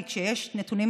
כי כשיש נתונים